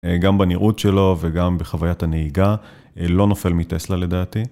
גם בנראות שלו וגם בחוויית הנהיגה, לא נופל מטסלה לדעתי.